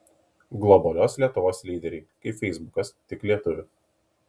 globalios lietuvos lyderiai kaip feisbukas tik lietuvių